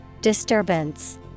Disturbance